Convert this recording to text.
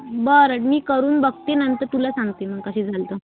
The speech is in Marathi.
बरं मी करून बघते नंतर तुला सांगते मग कशी झाली तर